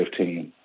2015